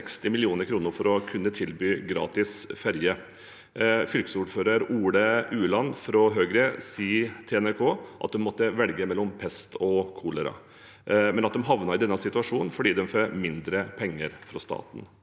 for å kunne tilby gratis ferje. Fylkesordfører Ole Ueland fra Høyre sier til NRK at en måtte velge mellom pest og kolera, og at de havnet i denne situasjonen fordi de får mindre penger fra staten.